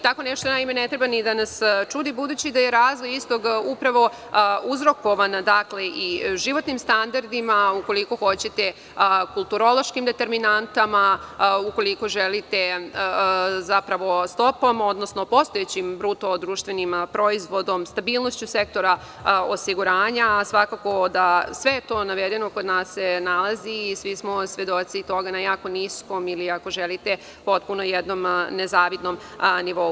Tako nešto naime ne treba da nas čudi, budući da je razvoj istog upravo uzrokovan i životnim standardima, ukoliko hoćete, kulturološkim determinantama, ukoliko želite zapravo stopom, odnosno postojećim bruto društvenim proizvodom, stabilnošću sektora osiguranja, a svakako da sve je to navedeno kod nas se nalazi i svi smo svedoci toga na jako niskom ili ako želite potpuno jednom nezavidnom nivou.